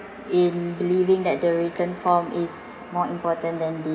in believing that the written form is more important than the